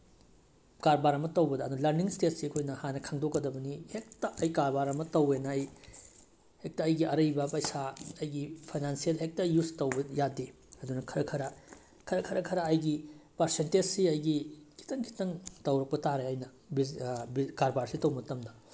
ꯀꯔꯕꯥꯔ ꯑꯃ ꯇꯧꯕꯗ ꯑꯗꯨ ꯂꯔꯅꯤꯡ ꯏꯁꯇꯦꯖꯁꯤ ꯑꯩꯈꯣꯏꯅ ꯍꯥꯟꯅ ꯈꯪꯗꯣꯛꯀꯗꯕꯅꯤ ꯍꯦꯛꯇ ꯑꯩ ꯀꯔꯕꯥꯔ ꯑꯃ ꯇꯧꯋꯦꯅ ꯑꯩ ꯍꯦꯛꯇ ꯑꯩꯒꯤ ꯑꯔꯩꯕ ꯄꯩꯁꯥ ꯑꯩꯒꯤ ꯐꯩꯅꯥꯟꯁꯦꯜ ꯍꯦꯛꯇ ꯌꯨꯁ ꯇꯧꯕ ꯌꯥꯗꯦ ꯑꯗꯨꯅ ꯈꯔ ꯈꯔ ꯈꯔ ꯈꯔ ꯈꯔ ꯑꯩꯒꯤ ꯄꯔꯁꯦꯟꯇꯦꯁꯁꯤ ꯑꯩꯒꯤ ꯈꯤꯇꯪ ꯈꯤꯇꯪ ꯇꯧꯔꯛꯄ ꯇꯥꯔꯦ ꯑꯩꯅ ꯀꯔꯕꯥꯔꯁꯤ ꯇꯧ ꯃꯇꯝꯗ